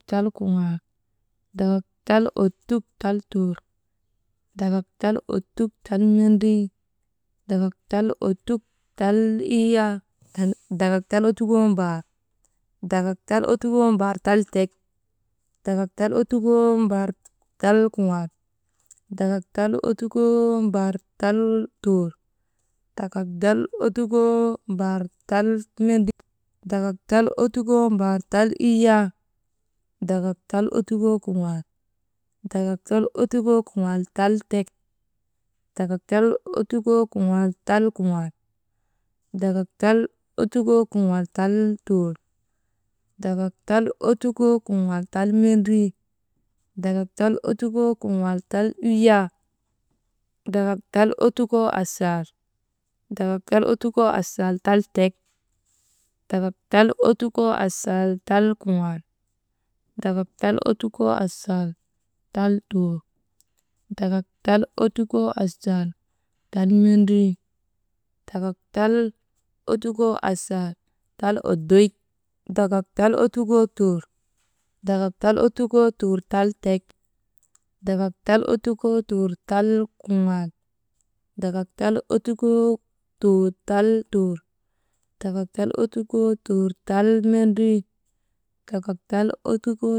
Tal kuŋaal dakak tal ottuk tal tuur, dakak tal ottuk tal mendrii, dakak tal ottuk tal iyyaa, tal, dakak tal ottukoo mbaar, dakak tal ottukoo mbaar tal tek, dakak tal ottukoo mbaar tal kuŋaal, dakak tal ottukoo mbaar tal tuur, dakak tal ottukoo mbaar tal mendrii, dakak tal ottukoo mbaar tal iyyaa, dakak tal ottukoo kuŋaal, dakak tal ottukoo kuŋaal tal tek, dakak tal ottukoo kuŋaal tal kuŋaal, dakak tal ottukoo kuŋaal tal tuur, dakak tal ottukoo kuŋaal tal mendrii, dakak tal ottukoo kuŋaal tal iyyaa, dakak tal ottukoo asaal, dakak tal ottukoo asaal tal tek, dakak tal ottukoo asaal tal kuŋaal, dakak tal ottukoo asaal tal tuur, dakak tal ottukoo asaal talmendrii, dakak tal ottukoo asaal tal oddoy, dakak tal ottukoo tuur, dakak tal ottukoo tuur tal tek, dakak tal ottukoo tuur tal kuŋaal, dakak tal ottukoo tuur tal tuur, dakak tal ottukoo tuur tal mendrii, dakak tal ottukoo.